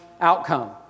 outcome